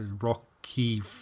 Rocky